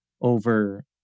over